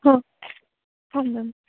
ହଁ ହଁ ମ୍ୟାମ୍